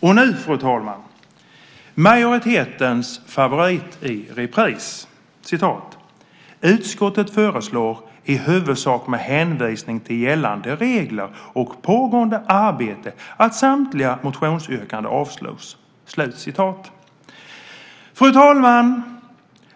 Och nu, fru talman, kommer majoritetens favorit i repris: "Utskottet föreslår, i huvudsak med hänvisning till gällande regler och pågående arbete, att samtliga motionsyrkanden avslås." Fru talman!